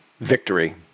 victory